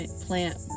plant